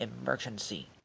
emergency